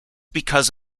because